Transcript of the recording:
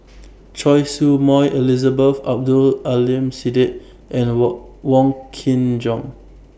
Choy Su Moi Elizabeth Abdul Aleem Siddique and All Wong Kin Jong